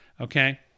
okay